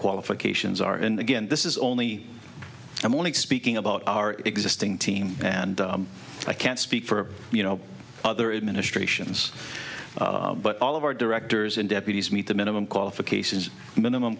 qualifications are in again this is only i'm only speaking about our existing team and i can't speak for you know other administrations but all of our directors and deputies meet the minimum qualifications minimum